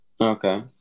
Okay